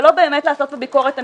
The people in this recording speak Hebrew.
ולא באמת לעשות פה ביקורת אמיתית.